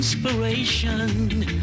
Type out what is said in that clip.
inspiration